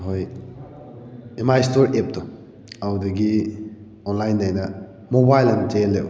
ꯑꯩꯈꯣꯏ M I store ꯑꯦꯞꯇꯣ ꯑꯗꯨꯗꯒꯤ ꯑꯣꯟꯂꯥꯏꯟꯗ ꯑꯩꯅ ꯃꯣꯕꯥꯏꯜ ꯑꯃ ꯆꯦꯜꯂꯦꯕ